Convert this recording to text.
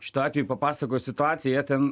šitu atveju papasakojau situaciją ten